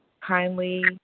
kindly